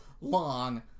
long